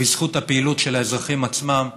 ובזכות הפעילות של האזרחים עצמם,